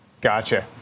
Gotcha